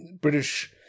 British